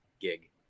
gig